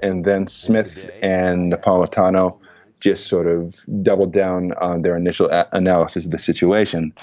and then smith and napolitano just sort of doubled down on their initial analysis of the situation.